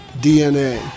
DNA